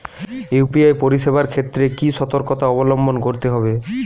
UPI পরিসেবার ক্ষেত্রে কি সতর্কতা অবলম্বন করতে হবে?